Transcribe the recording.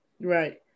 Right